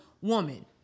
woman